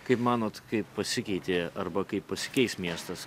kaip manot kaip pasikeitė arba kaip pasikeis miestas